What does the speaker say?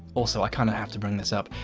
also, i kind of have to bring this up.